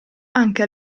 anche